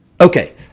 Okay